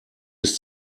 bis